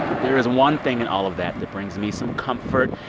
there is one thing in all of that that brings me some comfort,